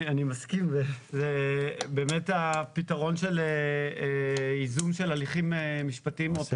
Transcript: אני מסכים ובאמת הפתרון של איזון של הליכים משפטיים זה